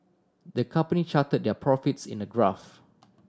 the company charted their profits in a graph